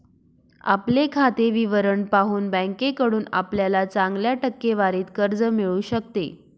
आपले खाते विवरण पाहून बँकेकडून आपल्याला चांगल्या टक्केवारीत कर्ज मिळू शकते